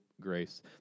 grace